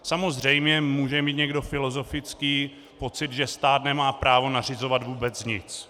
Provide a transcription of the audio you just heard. Samozřejmě může mít někdo filozofický pocit, že stát nemá právo nařizovat vůbec nic.